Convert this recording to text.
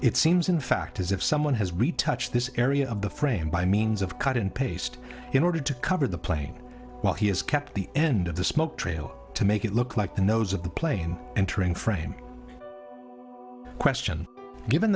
it seems in fact as if someone has retouch this area of the frame by means of cut and paste in order to cover the plane while he has kept the end of the smoke trail to make it look like the nose of the plane entering frame question given